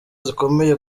zikomeye